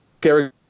Gary